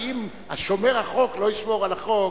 כי אם שומר החוק לא ישמור על החוק,